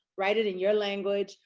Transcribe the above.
write it in your language.